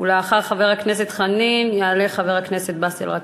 ולאחר חבר הכנסת חנין יעלה חבר הכנסת באסל גטאס.